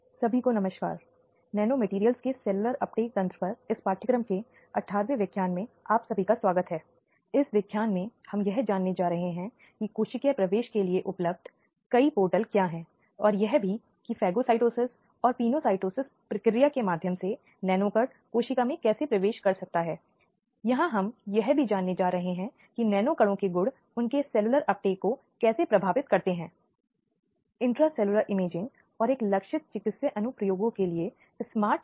NPTEL NPTEL online प्रमाणीकरण पाठ्यक्रम course on लिंग भेद न्याय और कार्यस्थल सुरक्षा gender justice and workplace security द्वारा प्रो दीपा दुबे राजीव गांधी बौद्धिक संपदा विधि विद्यालय IIT खड़गपुर व्याख्यान 18 लैंगिक हिंसा भीतर और बाहर जारी नमस्कार और लिंग भेद न्याय और कार्यस्थल सुरक्षा पर पाठ्यक्रम में वापस स्वागत है